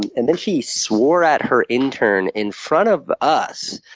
and then she swore at her intern in front of us.